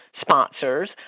sponsors